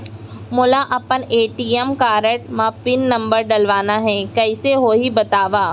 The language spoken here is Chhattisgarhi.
मोला अपन ए.टी.एम कारड म पिन नंबर डलवाना हे कइसे होही बतावव?